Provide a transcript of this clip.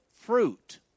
fruit